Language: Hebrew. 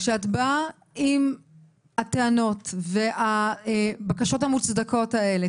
כשאת באה עם הטענות והבקשות המוצדקות האלה,